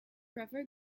trevor